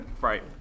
Right